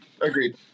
Agreed